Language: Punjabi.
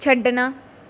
ਛੱਡਣਾ